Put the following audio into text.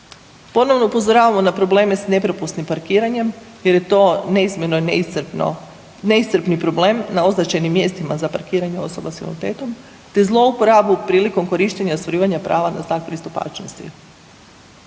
Ponovno upozoravamo na probleme s nepropisnim parkiranjem jer je to neizmjerno i neiscrpno, neiscrpni problem na označenim mjestima za parkiranje osoba s invaliditetom te zlouporabu prilikom korištenja ostvarivanja prava na znak pristupačnosti.